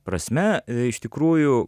prasme iš tikrųjų